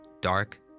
dark